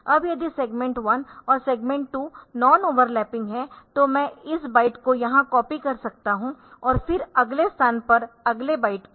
अब यदि सेगमेंट 1 और सेगमेंट 2 नॉन ओवरलैपिंग है तो मैं इस बाइट को यहां कॉपी कर सकता हूं और फिर अगले स्थान पर अगले बाइट को